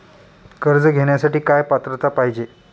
कर्ज घेण्यासाठी काय पात्रता पाहिजे?